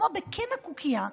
כמו בקן הקוקייה,